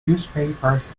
newspapers